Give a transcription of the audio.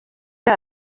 que